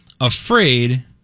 afraid